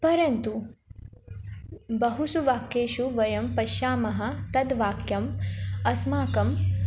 परन्तु बहुषु वाक्येषु वयं पश्यामः तद् वाक्यम् अस्माकम्